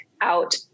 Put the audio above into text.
out